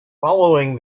following